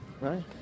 Right